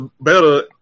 better